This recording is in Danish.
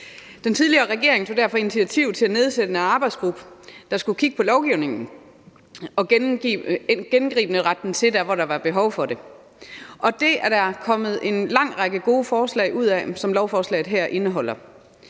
Den tidligere regering tog derfor initiativ til at nedsætte en arbejdsgruppe, der skulle kigge på lovgivningen og gennemgribende rette den til dér, hvor der var behov for det. Og det er der kommet en lang række gode forslag ud af, som lovforslaget her indeholder.